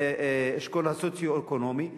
באשכול הסוציו-אקונומי 10,